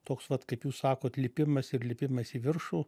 toks vat kaip jūs sakot lipimas ir lipimas į viršų